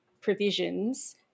provisions